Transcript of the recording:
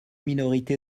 minorité